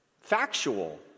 Factual